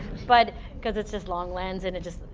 but because it's this long lens and it just,